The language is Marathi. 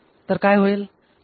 तर काय होईल